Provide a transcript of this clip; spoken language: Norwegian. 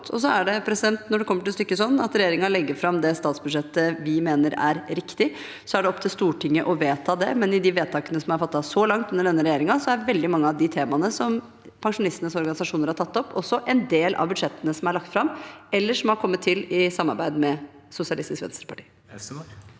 Så er det sånn, når det kommer til stykket, at regjeringen legger fram det statsbudsjettet vi mener er riktig. Det er opp til Stortinget å vedta det. Men i de vedtakene som er fattet så langt under denne regjeringen, er veldig mange av de temaene som pensjonistenes organisasjoner har tatt opp, også en del av budsjettene som er lagt fram, eller som har kommet til i samarbeid med